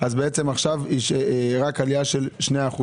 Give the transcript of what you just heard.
אז בעצם עכשיו זאת רק עלייה של 2%,